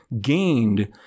gained